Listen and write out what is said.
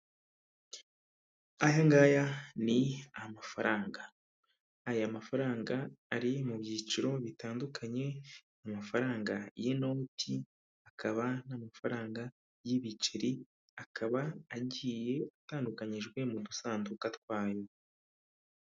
Aya ngaya ni amafaranga. Aya mafaranga ari mu byiciro bitandukanye, amafaranga y'inoti, hakaba n'amafaranga y'ibiceri akaba agiye atandukanyijwe mu dusanduku twayo.